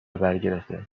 برگرفته